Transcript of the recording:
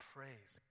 Praise